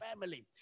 family